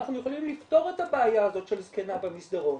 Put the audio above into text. אנחנו יכולים לפתור את הבעיה הזאת של זקנה במסדרון,